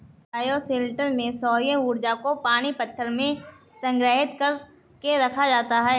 bioshelter में सौर्य ऊर्जा को पानी पत्थर में संग्रहित कर के रखा जाता है